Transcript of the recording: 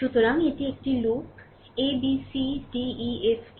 সুতরাং এটি একটি loop a b c d e f a